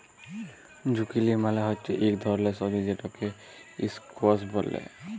zucchini মালে হচ্যে ইক ধরলের সবজি যেটকে ইসকোয়াস ব্যলে